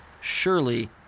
Surely